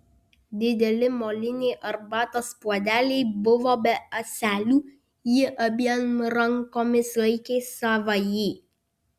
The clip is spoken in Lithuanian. dideli moliniai arbatos puodeliai buvo be ąselių ji abiem rankomis laikė savąjį